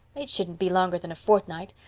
it shouldn't be longer than a fortnight.